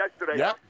yesterday